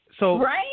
Right